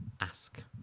ask